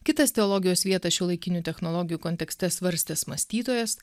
kitas teologijos vietą šiuolaikinių technologijų kontekste svarstęs mąstytojas